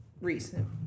recent